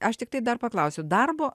aš tiktai dar paklausiu darbo